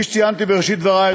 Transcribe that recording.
כפי שציינתי בראשית דברי,